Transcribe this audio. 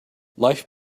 life